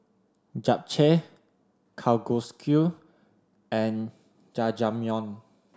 Japchae Kalguksu and Jajangmyeon